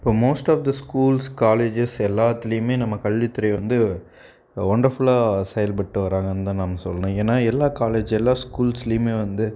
இப்போது most of the schools colleges எல்லாத்திலேயுமே நம்ம கல்வித்துறை வந்து ஒண்டர்ஃபுல்லா செயல்பட்டுவராங்கனுதான் நாம சொல்லணும் ஏன்னா எல்லா காலேஜஸ் எல்லா ஸ்கூல்ஸ்லுமே வந்து